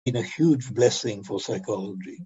Its a huge blessing for psychology